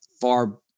far